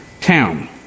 town